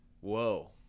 Whoa